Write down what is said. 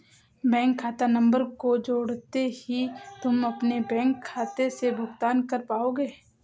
bank खाता number को जोड़ते ही तुम अपने बैंक खाते से भुगतान कर पाओगे